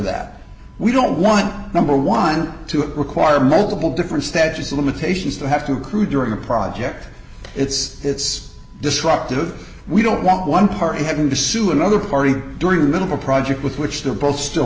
that we don't want number one to have require multiple different statutes of limitations to have two crew during a project it's it's destructive we don't want one party having to sue another party during the middle of a project with which they're both still